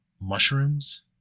mushrooms